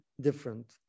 different